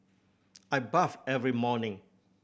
I bathe every morning